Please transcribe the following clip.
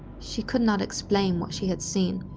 she could not explain what she had seen.